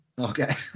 Okay